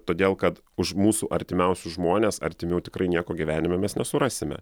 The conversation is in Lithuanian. todėl kad už mūsų artimiausius žmones artimiau tikrai nieko gyvenime mes nesurasime